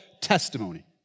testimony